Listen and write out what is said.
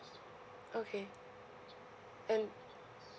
okay and